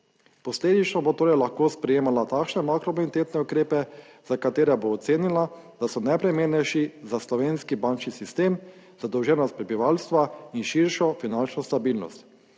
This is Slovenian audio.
Posledično bo torej lahko sprejemala takšne makrobonitetne ukrepe, za katere bo ocenila, da so najprimernejši za slovenski bančni sistem, zadolženost prebivalstva in širšo finančno stabilnost.